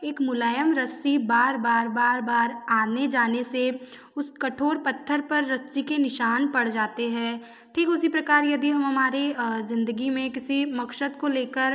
एक मुलायम रस्सी बार बार बार बार आने जाने से उस कठोर पत्थर पर रस्सी के निशान पड़ जाते हैं ठीक उसी प्रकार यदि हम हमारी ज़िन्दगी में किसी मक़सद को ले कर